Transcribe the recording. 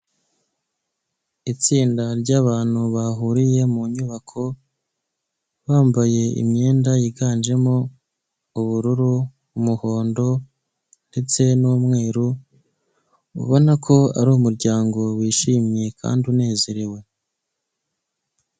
Itsinda ry'abantu bahuriye mu nyubako bambaye imyenda yiganjemo ubururu, umuhondo ndetse n'umweru ubona ko ari umuryango wishimye kandi unezerewe.